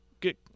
get